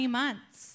months